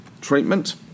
treatment